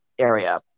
Area